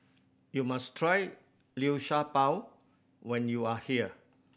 you must try Liu Sha Bao when you are here